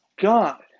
God